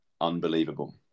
unbelievable